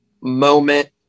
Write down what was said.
moment